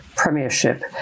premiership